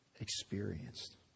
experienced